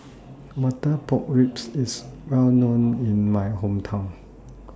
Butter Pork Ribs IS Well known in My Hometown